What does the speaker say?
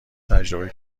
تجربه